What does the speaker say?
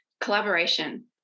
Collaboration